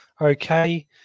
okay